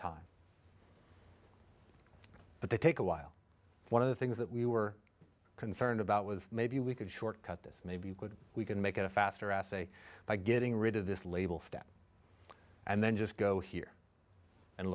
time but they take a while one of the things that we were concerned about was maybe we could short cut this maybe you could we can make a faster essay by getting rid of this label step and then just go here and